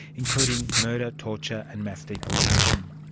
including murder, torture and mass deportation.